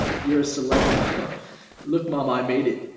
you're a celeb now look mom i made it.